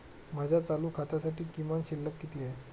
माझ्या चालू खात्यासाठी किमान शिल्लक किती आहे?